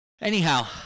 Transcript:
Anyhow